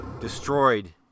destroyed